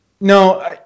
No